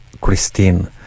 Christine